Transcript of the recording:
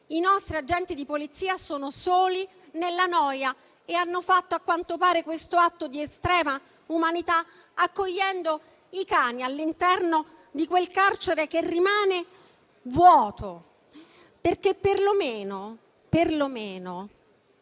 I nostri agenti di Polizia sono soli nella noia e hanno fatto, a quanto pare, un atto di estrema umanità, accogliendo i cani all'interno di quel carcere che rimane vuoto. Perlomeno la